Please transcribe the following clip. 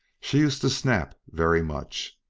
she used to snap very much.